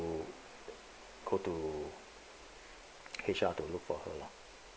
to go to H_R to look for her lah